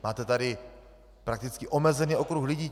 Máte tady prakticky omezený okruh lidí.